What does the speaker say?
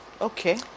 Okay